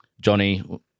Johnny